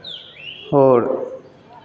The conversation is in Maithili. आओर